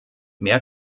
mehr